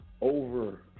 over